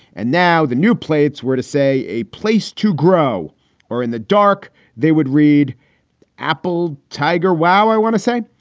and now the new plates were to say, a place to grow or in the dark they would read apple tiger. wow. i want to say,